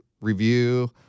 review